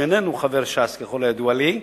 שאיננו חבר ש"ס, ככל הידוע לי,